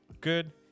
Good